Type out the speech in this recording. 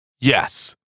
yes